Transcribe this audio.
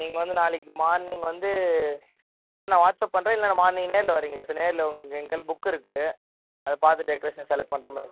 நீங்கள் வந்து நாளைக்கு மார்னிங் வந்து இல்லை நான் வாட்ஸ்அப் பண்ணுறேன் இல்லைனா மார்னிங் நேரில் வரீங்களா சார் நேரில் உங்கள் எங்கள் கையில் புக்கு இருக்குது அதை பார்த்து டெக்ரேஷன் செலக்ட் பண்ணுற மாதிரி